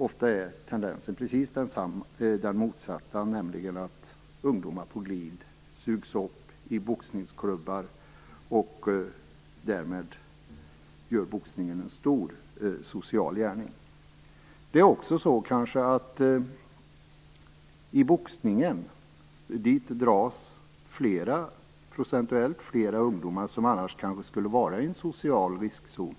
Ofta är tendensen precis den motsatta, nämligen att ungdomar på glid sugs upp i boxningsklubbar, och därmed utför boxningen en stor social gärning. Det är kanske också så att det till boxningen procentuellt dras fler ungdomar som annars skulle vara i en social riskzon